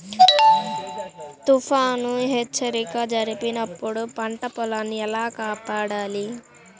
తుఫాను హెచ్చరిక జరిపినప్పుడు పంట పొలాన్ని ఎలా కాపాడాలి?